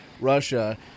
Russia